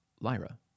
Lyra